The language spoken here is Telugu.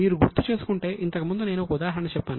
మీరు గుర్తు చేసుకుంటే ఇంతకు ముందు నేను ఒక ఉదాహరణ చెప్పాను